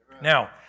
Now